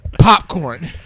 Popcorn